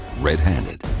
red-handed